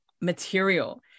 material